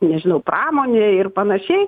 nežinau pramonėj ir panašiai